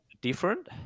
different